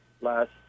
Last